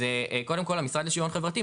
אז קודם כל המשרד לשוויון חברתי,